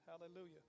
Hallelujah